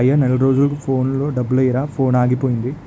అయ్యా నెల రోజులకు ఫోన్లో డబ్బులెయ్యిరా ఫోనాగిపోయింది